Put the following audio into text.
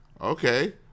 Okay